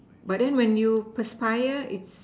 but then when you feels tired it's